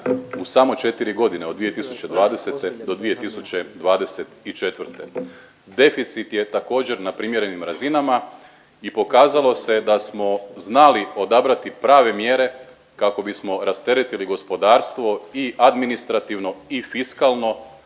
u samo 4 godine od 2020. do 2024. Deficit je također na primjerenim razinama i pokazalo se je da smo znali odabrati prave mjere kako bismo rasteretili gospodarstvo i administrativno i fiskalno,